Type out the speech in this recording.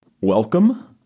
Welcome